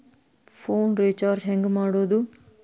Phone recharge ಹೆಂಗೆ ಮಾಡೋದು?